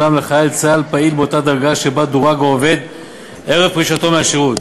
לחייל צה"ל פעיל באותה דרגה שבה דורג העובד ערב פרישתו מהשירות.